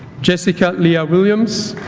jessica lea ah williams